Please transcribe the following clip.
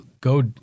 go